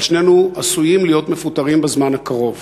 אבל שנינו עשויים להיות מפוטרים בזמן הקרוב.